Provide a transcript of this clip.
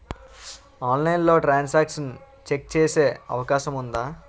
ఆన్లైన్లో transaction check చేసే అవకాశం ఉందా?